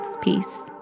Peace